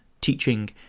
teaching